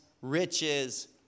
riches